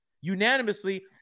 unanimously